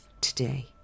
today